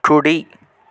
కుడి